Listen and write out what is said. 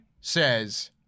says